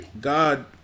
God